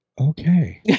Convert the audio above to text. Okay